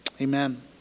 Amen